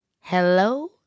hello